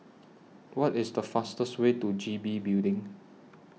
What IS The fastest Way to G B Building